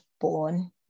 born